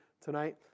tonight